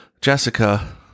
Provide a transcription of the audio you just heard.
Jessica